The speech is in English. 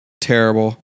Terrible